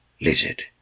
lizard